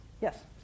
Yes